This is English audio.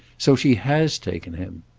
so she has taken him.